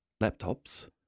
laptops